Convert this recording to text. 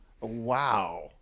Wow